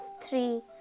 three